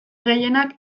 gehienak